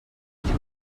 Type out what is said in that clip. julià